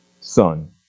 son